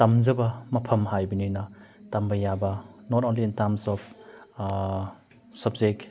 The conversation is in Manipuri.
ꯇꯝꯖꯕ ꯃꯐꯝ ꯍꯥꯏꯕꯅꯤꯅ ꯇꯝꯕ ꯌꯥꯕ not only in terms of subject